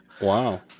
Wow